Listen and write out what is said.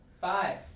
Five